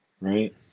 right